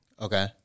Okay